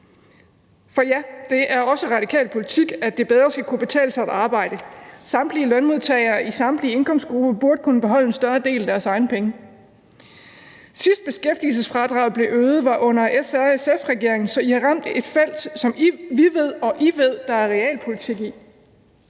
For ja, det er også radikal politik, at det bedre skal kunne betale sig at arbejde. Samtlige lønmodtagere i samtlige indkomstgrupper burde kunne beholde en større del af deres egne penge. Sidst beskæftigelsesfradraget blev øget, var under SRSF-regeringen, så I har ramt et felt, som vi ved og I ved at der er realpolitik i.